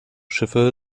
schiffe